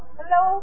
Hello